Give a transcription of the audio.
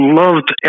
loved